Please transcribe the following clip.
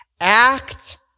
Act